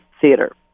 theater